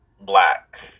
black